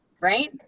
right